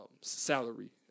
salary